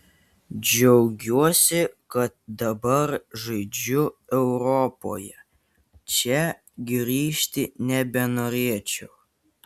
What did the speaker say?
džiaugiuosi kad dabar žaidžiu europoje čia grįžti nebenorėčiau